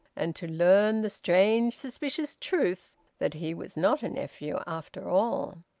and to learn the strange suspicious truth that he was not a nephew after all.